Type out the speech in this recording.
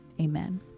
Amen